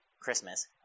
Christmas